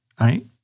right